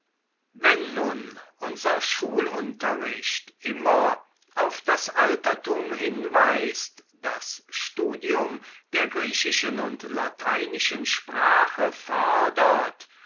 wenn nun unser schulunterricht immer auf das altertum hinweist das studium der griechischen und lateinischen sprache fördert